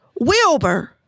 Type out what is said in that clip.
Wilbur